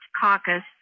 caucus